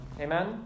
Amen